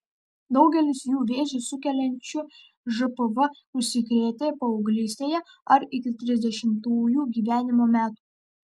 daugelis jų vėžį sukeliančiu žpv užsikrėtė paauglystėje ar iki trisdešimtųjų gyvenimo metų